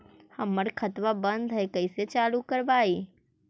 हमर खतवा बंद है कैसे चालु करवाई?